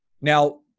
Now